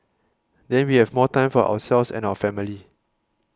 then we have more time for ourselves and our family